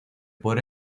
por